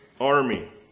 army